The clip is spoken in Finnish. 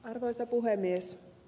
arvoisa puhemies